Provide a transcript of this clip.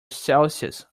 celsius